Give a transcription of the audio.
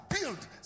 build